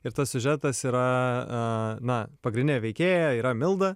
ir tas siužetas yra na pagrindinė veikėja yra milda